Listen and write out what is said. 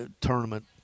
tournament